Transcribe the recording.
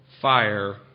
fire